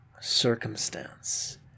circumstance